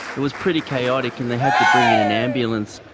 it was pretty chaotic, and they had to bring in an ambulance.